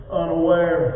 unaware